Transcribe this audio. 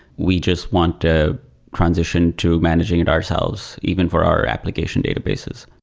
we just want to transition to managing it ourselves even for our application databases.